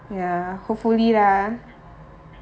ya hopefully lah